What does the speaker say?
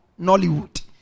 nollywood